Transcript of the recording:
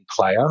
player